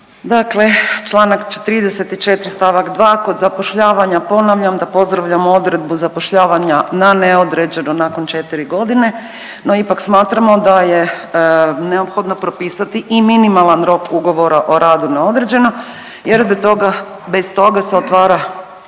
Dakle, Članka 34. stavak 2. kod zapošljavanja ponavljam da pozdravljamo odredbu zapošljavanja na neodređeno nakon 4 godine, no ipak smatramo da je neophodno propisati i minimalan rok ugovora o radu na određeno jer bez toga se otvara